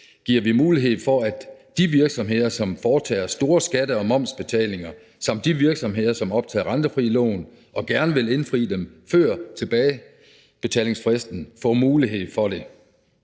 er en mulighed, som gives de virksomheder, som foretager store skatte- og momsbetalinger, og de virksomheder, som optager rentefrie lån og gerne vil indfri dem før tilbagebetalingsfristen, således at de